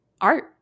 art